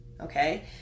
okay